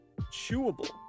chewable